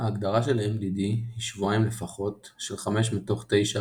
ההגדרה של MDD היא שבועיים לפחות של 9\5